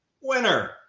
winner